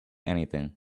anything